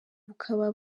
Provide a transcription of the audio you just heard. bukaba